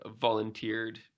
volunteered